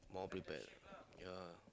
more prepared yeah